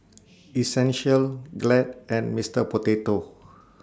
Essential Glad and Mister Potato